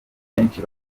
benshi